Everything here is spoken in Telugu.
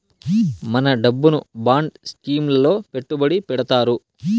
మన డబ్బును బాండ్ స్కీం లలో పెట్టుబడి పెడతారు